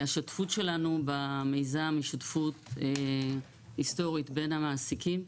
השותפות שלנו במיזם היא שותפות היסטורית בין המעסיקים,